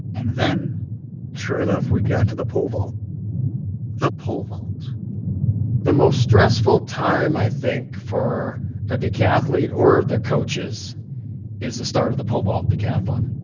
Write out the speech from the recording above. and then sure enough, we got to pole vault the pole vault the most stressful time, i think, for a decathlete or the coaches is the start of the pole vault decathlon.